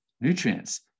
nutrients